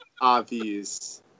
obvious